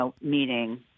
meeting